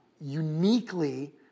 uniquely